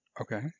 Okay